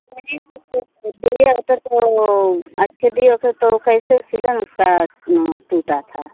नहीं तो दिए होते तो अच्छे दिए होते तो कैसे सिलन उसका टूटा था